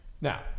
Now